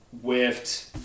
Whiffed